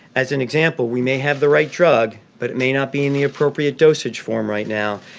as an example, we may have the right drug, but it may not be in the appropriate dosage form right now.